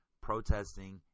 Protesting